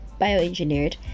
bioengineered